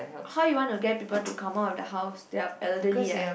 how you want to get people to come out of their house they are elderly ah